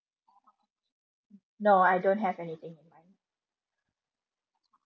no I don't have anything